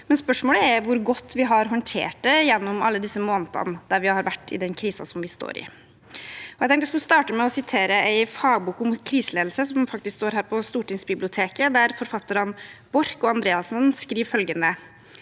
Spørsmålet er hvor godt vi har håndtert det gjennom alle disse månedene der vi har vært i den krisen som vi står i. Jeg tenkte jeg skulle starte med å sitere fra en fagbok om kriseledelse, som faktisk står her på stortingsbiblioteket, der forfatterne Borch og Andreassen skriver følgende: